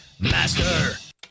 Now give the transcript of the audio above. Master